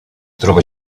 trobe